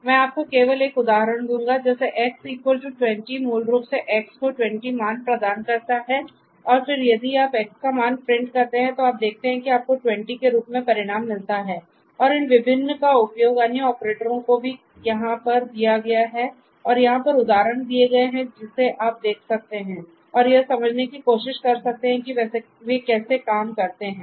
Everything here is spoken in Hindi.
तो मै आपको केवल एक उदाहरण दूंगा जैसे X20 मूल रूप से X को 20 मान प्रदान करता है और फिर यदि आप X का मान प्रिंट करते हैं तो आप देखते हैं कि आपको 20 के रूप में परिणाम मिलता है और इन विभिन्न का उपयोग अन्य ऑपरेटरों को भी यहाँ पर दिया गया है और यहाँ पर उदाहरण दिए गए हैं जिसे आप देख सकते हैं और यह समझने की कोशिश कर सकते हैं कि वे कैसे काम करते हैं